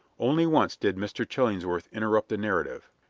only once did mr. chillingsworth interrupt the narrative.